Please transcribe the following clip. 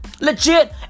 Legit